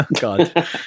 god